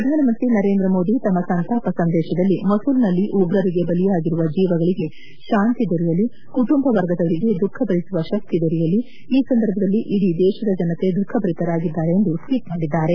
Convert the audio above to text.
ಪ್ರಧಾನಮಂತ್ರಿ ನರೇಂದ್ರ ಮೋದಿ ತಮ್ನ ಸಂತಾಪ ಸಂದೇಶದಲ್ಲಿ ಮೊಸುಲ್ನಲ್ಲಿ ಉಗ್ರರಿಗೆ ಬಲಿಯಾಗಿರುವ ಜೀವಗಳಿಗೆ ಶಾಂತಿ ದೊರೆಯಲಿ ಕುಟುಂಬ ವರ್ಗದವರಿಗೆ ದುಖ ಭರಿಸುವ ಶಕ್ತಿ ದೊರೆಯಲಿ ಈ ಸಂದರ್ಭದಲ್ಲಿ ಇಡೀ ದೇಶದ ಜನತೆ ದುಖಭರಿತರಾಗಿದ್ದಾರೆ ಎಂದು ಟ್ವೀಟ್ ಮಾಡಿದ್ದಾರೆ